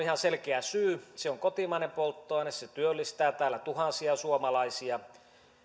ihan selkeä syy se on kotimainen polttoaine se työllistää täällä tuhansia suomalaisia